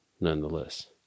nonetheless